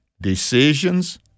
Decisions